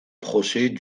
procès